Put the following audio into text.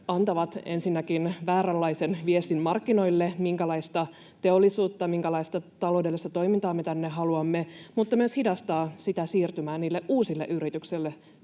antavat ensinnäkin vääränlaisen viestin markkinoille, minkälaista teollisuutta ja minkälaista taloudellista toimintaa me tänne haluamme, mutta myös hidastavat siirtymää uusille yrityksille